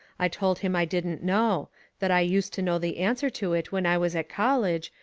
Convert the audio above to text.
i told him i didn't know that i used to know the answer to it when i was at college,